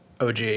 OG